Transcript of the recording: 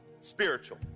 spiritual